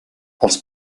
els